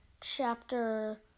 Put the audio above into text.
chapter